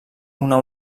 una